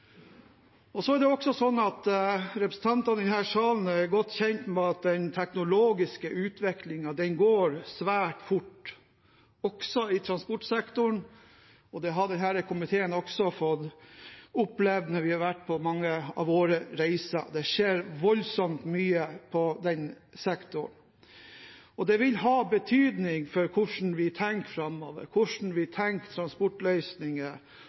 Det er også sånn at representantene i denne salen er godt kjent med at den teknologiske utviklingen går svært fort også i transportsektoren, og det har komiteen også fått oppleve når vi har vært på mange av våre reiser. Det skjer voldsomt mye i den sektoren. Det vil ha betydning for hvordan vi tenker framover, hvordan vi tenker transportløsninger